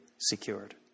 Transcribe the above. secured